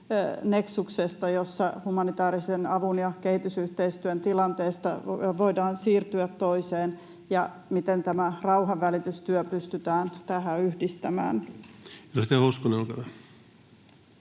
neksuksesta, jossa humanitäärisen avun ja kehitysyhteistyön tilanteesta voidaan siirtyä toiseen, ja miten tämä rauhanvälitystyö pystytään tähän yhdistämään?